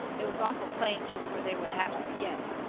it was awful plain jest where they would have to begin.